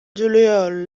juliol